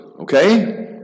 okay